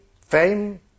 fame